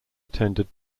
attended